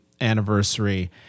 anniversary